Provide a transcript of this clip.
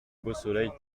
beausoleil